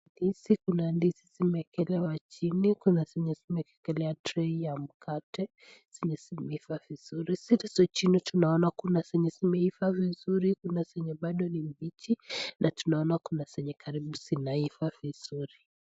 Ndizi, Kuna ndizi imeekelewa chini kuna zenye zimeekelewa trei ya mikate zenye zimeiva vizuri, zilizo chini tunaona kuna zenye zimeiva vizuri ,kuna zenye bado ni mbichi na tunaona kuna zenye karibu zinaiva vizuri.